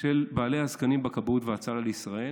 של בעלי הזקנים בכבאות והצלה לישראל,